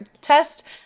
test